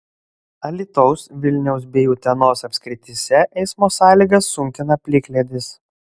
alytaus vilniaus bei utenos apskrityse eismo sąlygas sunkina plikledis